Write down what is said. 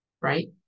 right